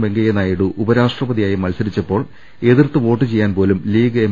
വെങ്കയ്യ നായിഡു ഉപരാഷ്ട്രപതിയായി മത്സരിച്ചപ്പോൾ എതിർത്ത് വോട്ട് ചെയ്യാൻപോലും ലീഗ് എം